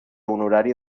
honorari